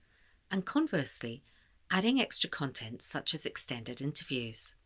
and conversely adding extra content, such as extended interviews.